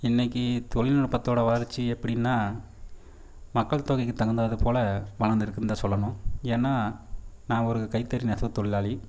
இன்றைக்கி தொழில் நுட்பத்தோடய வளர்ச்சி எப்படின்னா மக்கள் தொகைக்கு தகுந்தது பல் வளர்ந்துருக்குன்னு தான் சொல்லணும் ஏன்னா நான் ஒரு கைத்தறி நெசவு தொழிலாளி